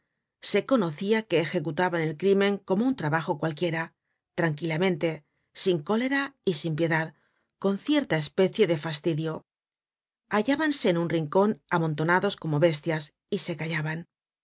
se conocia que ejecutaban el crimen como un trabajo cualquiera tranquilamente sin cólera y sin piedad con cierta especie de fastidio hallábanse en un rincon amontonados como bestias y se callaban